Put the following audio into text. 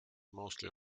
mostly